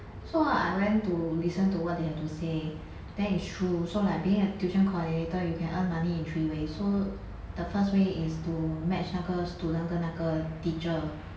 so I went to listen to what they have to say then it's true so like being a tuition coordinator you can earn money in three ways so the first way is to match 那个 student 跟那个 teacher